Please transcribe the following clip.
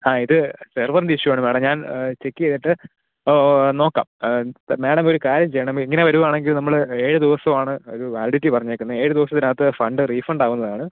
ആ ഇത് സെർവറിൻ്റെ ഇഷ്യുവാണ് മാഡം ഞാൻ ചെക്ക് ചെയ്തിട്ട് ഓ ഓ നോക്കാം മേഡമൊരു കാര്യം ചെയ്യണം ഇങ്ങനെ വരുകയാണെങ്കിൽ നമ്മൾ ഏഴ് ദിവസമാണ് ഒരു വാലിഡിറ്റി പറഞ്ഞേക്കുന്നത് ഏഴു ദിവസത്തിനകത്ത് ഫണ്ട് റീഫണ്ടാവുന്നതാണ്